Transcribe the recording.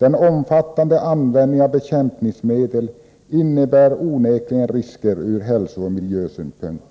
Den omfattande användningen av bekämpningsmedel innebär onekligen risker ur hälsooch miljösynpunkt.